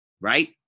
right